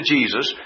Jesus